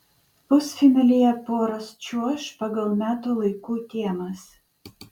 pusfinalyje poros čiuoš pagal metų laikų temas